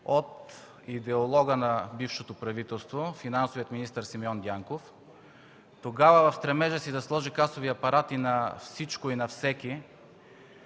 от идеолога на бившето правителство – финансовият министър Симеон Дянков. Тогава в стремежа си да сложи касови апарати на всичко и на всеки,